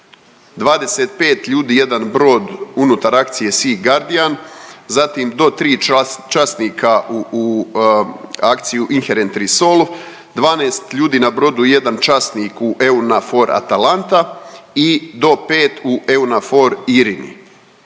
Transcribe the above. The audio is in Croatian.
25 ljudi jedan brod unutar akcije Sea guardian, zatim do 3 časnika u, u akciju Inherent Resolove 12 ljudi na brodu i 1 časnik u EU NAVFOR Atalanta i do 5 u EU NAVFOR Irini.